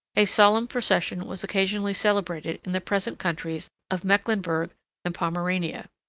a solemn procession was occasionally celebrated in the present countries of mecklenburgh and pomerania.